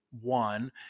one